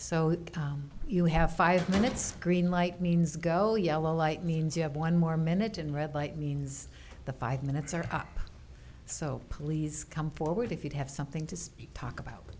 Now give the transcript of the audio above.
so you have five minutes green light means go yellow light means you have one more minute and red light means the five minutes are up so please come forward if you'd have something to speak talk about